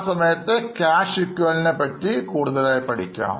ആ സമയത്ത് Cash equivalent പറ്റി കൂടുതൽ പഠിക്കാം